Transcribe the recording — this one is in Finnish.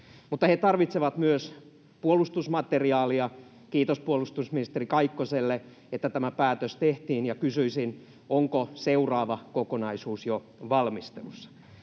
mutta he tarvitsevat myös puolustusmateriaalia. Kiitos puolustusministeri Kaikkoselle, että tämä päätös tehtiin, ja kysyisin: onko seuraava kokonaisuus jo valmistelussa?